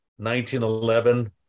1911